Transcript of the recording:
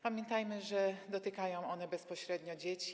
Pamiętajmy, że dotykają one bezpośrednio dzieci.